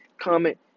comment